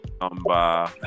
number